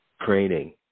training